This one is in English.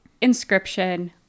inscription